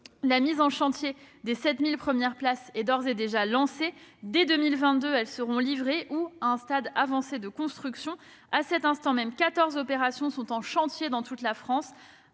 La mise en chantier des 7 000 premières places est d'ores et déjà lancée. En 2022, ces places seront livrées ou à un stade avancé de construction. Au total, quatorze opérations sont en cours dans toute la France,